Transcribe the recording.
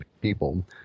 people